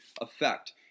effect